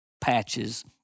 patches